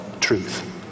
truth